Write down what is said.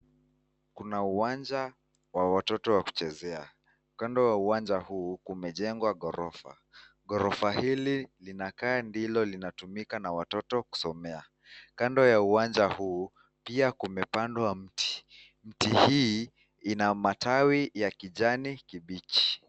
Kuna uwanja wa watoto wa kuchezea. Kando ya uwanja huu kumejengwa ghorofa. Ghorofa hili linakaa ndilo linatumika na watoto kusomea. Kando ya uwanja huu pia kumepandwa mti. Mti hii ina matawi ya kijani kibichi.